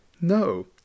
No